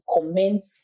comment